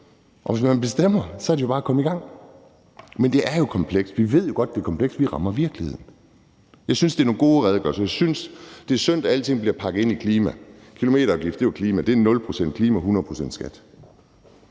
og hvis man bestemmer, er det jo bare at komme i gang. Men det er jo komplekst. Vi ved godt, det er komplekst, for vi rammer virkeligheden. Jeg synes, det er nogle gode redegørelser. Jeg synes, det er synd, at alting bliver pakket ind i klima. Kilometerafgiften skulle være for klimaet, men det er 0 pct. klimaet og 100 pct. skat.